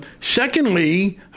Secondly